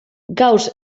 gauss